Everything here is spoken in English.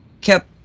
kept